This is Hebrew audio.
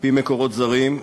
על-פי מקורות זרים,